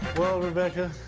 well, rebecca,